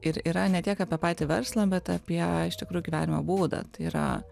ir yra ne tiek apie patį verslą bet apie iš tikrųjų gyvenimo būdą tai yra